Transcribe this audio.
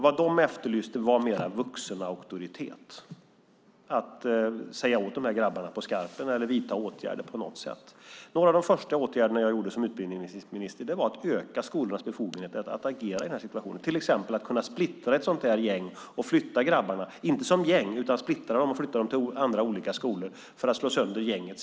Vad de efterlyste var mer vuxenauktoritet, att man skulle säga åt de här grabbarna på skarpen eller vidta åtgärder på något sätt. En av de första åtgärder som jag vidtog som utbildningsminister var att öka skolornas befogenheter att agera i den här situationen. Det handlar till exempel om att kunna splittra ett sådant här gäng och flytta grabbarna. Det handlar då inte om att flytta dem som gäng utan om att flytta dem till olika skolor för att slå sönder gänget.